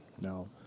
No